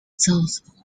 those